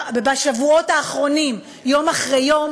בשבועות האחרונים יום אחרי יום,